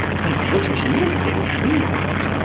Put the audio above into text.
and writ as little beard.